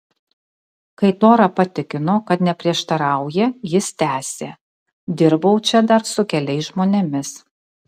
kai tora patikino kad neprieštarauja jis tęsė dirbau čia dar su keliais žmonėmis